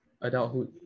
adulthood